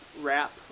wrap